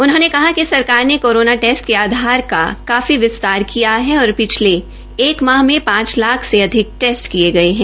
उन्होंने कहा कि सरकार ने कोरोना टेस्ट के आधार का काफी विस्तार किया है और पिछले एक माह में पांच लाख से अधिक टेस्ट किये गये है